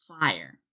fire